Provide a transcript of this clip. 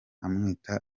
amwita